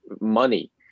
money